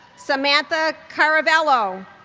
samantha caravello,